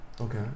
Okay